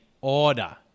order